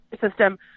system